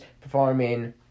performing